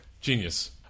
Genius